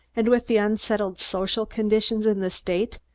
and with the unsettled social conditions in the state,